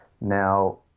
Now